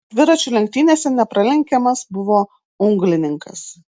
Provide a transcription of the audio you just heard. dviračių lenktynėse nepralenkiamas buvo unglininkas